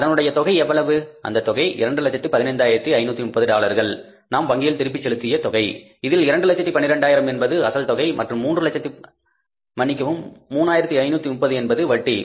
அதனுடைய தொகை எவ்வளவு அந்த தொகை 215530 டாலர்கள் நாம் வங்கியில் திருப்பி செலுத்திய தொகை இதில் 212000 என்பது அசல் தொகை மற்றும் 3530 என்பது வட்டி